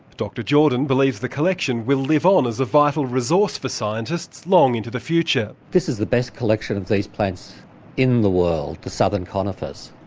dr jordan believes the collection will live on as a vital resource for scientists long into the future. this is the best collection of these plants in the world, the southern conifers.